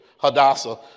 Hadassah